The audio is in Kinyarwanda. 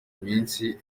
iminsi